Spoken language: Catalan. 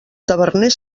taverner